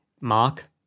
Mark